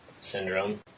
syndrome